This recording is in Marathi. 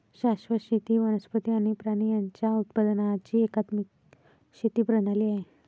शाश्वत शेती ही वनस्पती आणि प्राणी यांच्या उत्पादनाची एकात्मिक शेती प्रणाली आहे